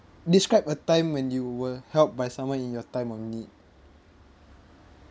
describe a time when you were helped by someone in your time of need